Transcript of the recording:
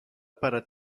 para